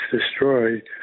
destroyed